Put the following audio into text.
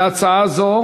להצעה זו